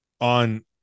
on